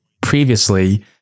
previously